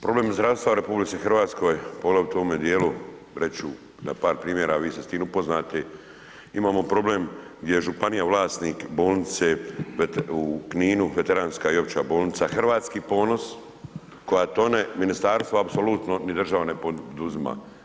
Problem zdravstva u RH poglavito u ovome dijelu, reći ću na par primjera, a vi ste s tim upoznati, imamo problem gdje je županija vlasnik bolnice u Kninu, Veteranska i opća bolnica Hrvatski ponos koja tone, ministarstvo apsolutno ni država ne poduzima.